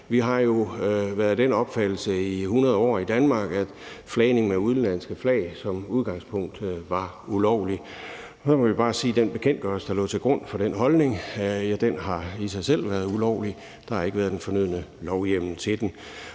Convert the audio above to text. Vi har jo været af den opfattelse i 100 år i Danmark, at flagning med udenlandske flag som udgangspunkt var ulovlig. Så må man bare sige, at den bekendtgørelse, der lå til grund for den holdning, i sig selv har været ulovlig; der har ikke været den fornødne lovhjemmel til den.